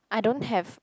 I don't have